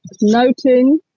noting